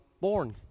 born